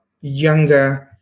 younger